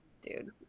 dude